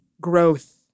growth